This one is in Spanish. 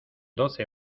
doce